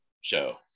show